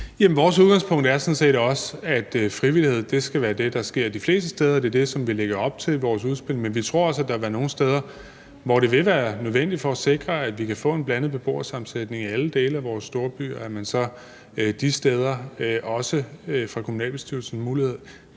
vores udgangspunkt er sådan set også, at det skal ske med frivillighed de fleste steder; det er det, som vi lægger op til i vores udspil. Men vi tror altså, at der vil være nogle steder, hvor det vil være nødvendigt for at sikre, at vi kan få en blandet beboersammensætning i alle dele af vores storbyer, at man så de steder fra kommunalbestyrelsens side